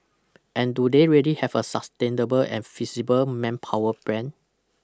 and do they really have a sustainable and feasible manpower plan